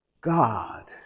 God